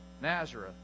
Nazareth